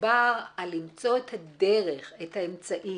וכשמדובר על למצוא את הדרך, את האמצעי